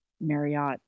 Marriott